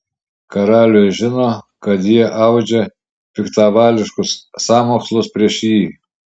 karalius žino kad jie audžia piktavališkus sąmokslus prieš jį